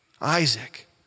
Isaac